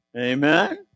amen